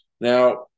Now